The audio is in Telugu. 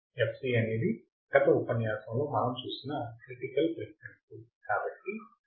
fc అనేది గత ఉపన్యాసంలో మనం చూసిన క్రిటికల్ ఫ్రీక్వెన్సీ